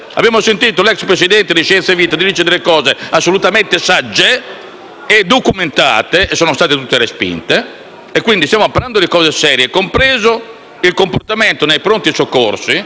e documentate (e sono state tutte respinte). Stiamo parlando di cose serie, compreso il comportamento nei Pronto soccorso - e lo vedremo anche negli articoli successivi - nel rapporto tra medico e